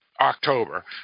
October